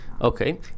Okay